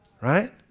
Right